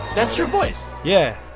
that's your voice yeah,